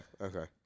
okay